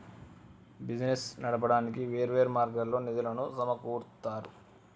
business నడపడానికి వేర్వేరు మార్గాల్లో నిధులను సమకూరుత్తారు